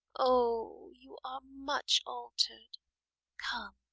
o, you are much alter'd come,